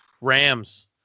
Rams